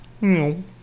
No